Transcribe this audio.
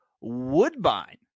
Woodbine